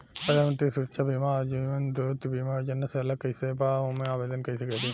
प्रधानमंत्री सुरक्षा बीमा आ जीवन ज्योति बीमा योजना से अलग कईसे बा ओमे आवदेन कईसे करी?